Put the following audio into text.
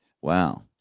Wow